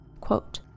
quote